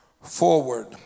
forward